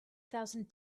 thousand